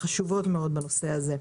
חשובות מאוד בנושא הזה.